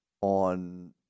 on